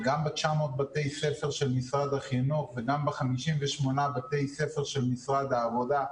גם ב-900 בתי ספר של משרד החינוך וגם ב-58 בתי ספר של משרד העבודה,